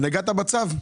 אבל נגעת בצו.